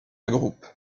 group